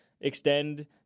extend